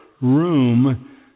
room